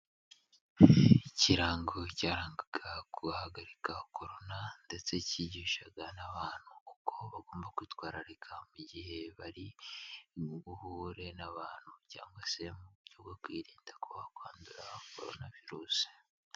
Ikirango cyarangaga guhagarika Korona ndetse cyigishaga n'abantu uko bagomba kwitwararika mu gihe bari buhure n'abantu cyangwa se mu buryo bwo kwirinda ko bakwandura Korona virusi.